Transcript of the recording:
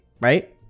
right